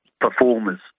performers